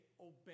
obey